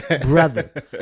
brother